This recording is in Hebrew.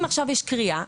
אם עכשיו יש קריאה,